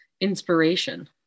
inspiration